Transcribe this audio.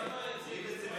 חבר הכנסת משה